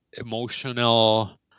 emotional